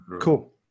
cool